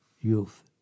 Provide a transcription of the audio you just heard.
youth